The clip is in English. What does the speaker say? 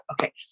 Okay